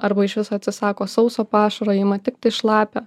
arba išvis atsisako sauso pašaro ima tiktai šlapią